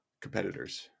competitors